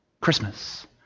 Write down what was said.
Christmas